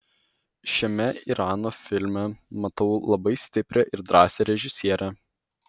šiame irano filme matau labai stiprią ir drąsią režisierę